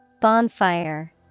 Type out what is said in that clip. Bonfire